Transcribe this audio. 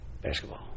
basketball